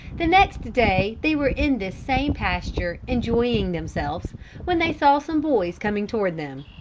the next day they were in this same pasture enjoying themselves when they saw some boys coming toward them.